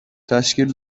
تشکیل